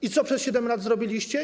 I co przez 7 lat zrobiliście?